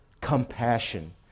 compassion